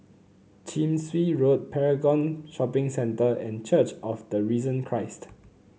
Chin Swee Road Paragon Shopping Centre and Church of the Risen Christ